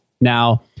Now